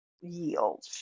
yield